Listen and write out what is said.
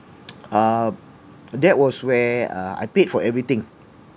uh that was where uh I paid for everything